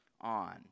on